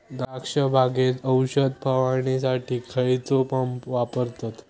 द्राक्ष बागेत औषध फवारणीसाठी खैयचो पंप वापरतत?